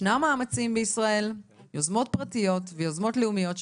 ישנם מאמצים בישראל יוזמות פרטיות ויוזמות לאומיות,